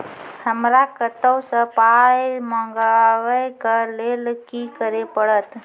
हमरा कतौ सअ पाय मंगावै कऽ लेल की करे पड़त?